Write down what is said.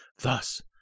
Thus